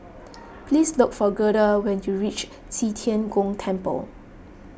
please look for Gerda when you reach Qi Tian Gong Temple